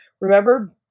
remember